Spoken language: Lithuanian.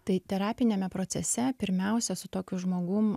tai terapiniame procese pirmiausia su tokiu žmogum